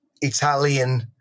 Italian